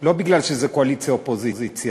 לא כי זה קואליציה אופוזיציה,